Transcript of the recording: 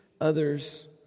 others